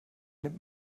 nimmt